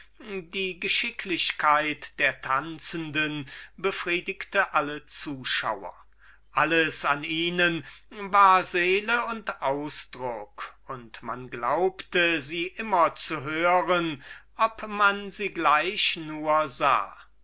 die geschicklichkeit der tanzenden befriedigte alle zuschauer alles an ihnen war seele und ausdruck und man glaubte sie immer zu hören ob man sie gleich nur sah